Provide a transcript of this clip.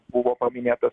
buvo paminėtas